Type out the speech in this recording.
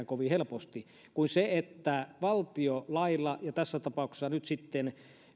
kovin helposti ja se että valtio lailla ja tässä tapauksessa